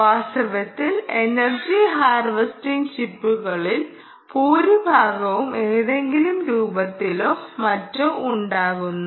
വാസ്തവത്തിൽ energy harvesting ചിപ്പുകളിൽ ഭൂരിഭാഗവും ഏതെങ്കിലും രൂപത്തിലോ മറ്റോ ഉണ്ടാക്കുന്നു